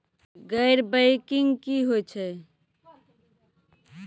गैर बैंकिंग की होय छै?